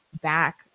back